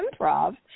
improv